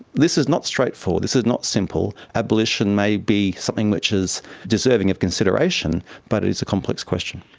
this is not straightforward, this is not simple. abolition may be something which is deserving of consideration, but it's a complex question.